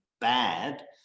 bad